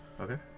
Okay